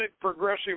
progressive